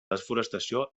desforestació